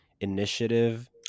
initiative